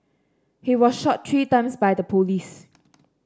he was shot three times by the police